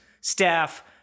staff